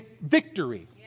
victory